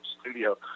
studio